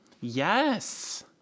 Yes